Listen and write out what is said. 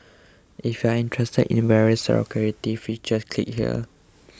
if you're interested in various security features click here